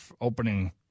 opening